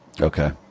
Okay